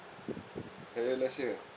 hari raya last year